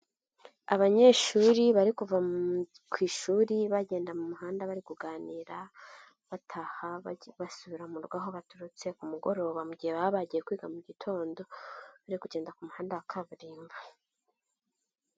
Abanyeshuri bari kuva ku ishuri bagenda mu muhanda bari kuganira, bataha basubira mu rugo aho baturutse ku mugoroba mu gihe baba bagiye kwiga mu gitondo, bari kugenda ku muhanda wa kaburimbo.